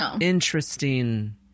interesting